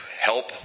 help